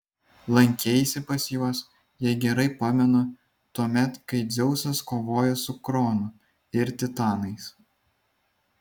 lankeisi pas juos jei gerai pamenu tuomet kai dzeusas kovojo su kronu ir titanais